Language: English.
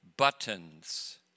buttons